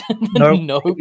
no